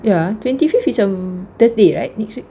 ya twenty fifth is a um thursday right this week